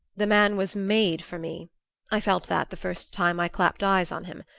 the man was made for me i felt that the first time i clapped eyes on him.